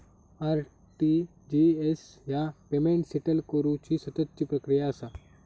RTGS ह्या payment settle करुची सततची प्रक्रिया असा